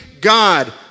God